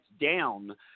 down